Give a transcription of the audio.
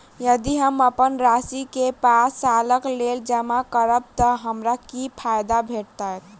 यदि हम अप्पन राशि केँ पांच सालक लेल जमा करब तऽ हमरा की फायदा भेटत?